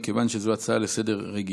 מכיוון שזו הצעה רגילה לסדר-היום,